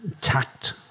tact